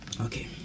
Okay